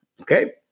Okay